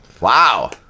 Wow